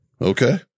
Okay